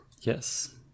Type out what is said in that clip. yes